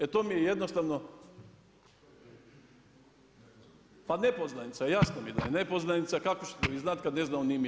E to mi je jednostavno, pa nepoznanica, jasno mi je da je nepoznanica, kako ću to i znati, kad ne znamo ni mi.